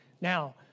Now